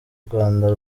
rwanda